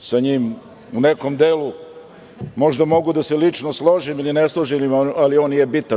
I sa njim u nekom delu možda mogu da se lično složim ili ne složim, ali on nije bitan.